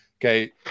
okay